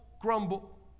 grumble